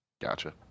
Gotcha